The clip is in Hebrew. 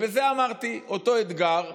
בזה אמרתי: אותו אתגר שהשולחן,